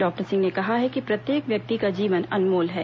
doctor Singh ने कहा है कि प्रत्येक व्यक्ति का जीवन अनमोल है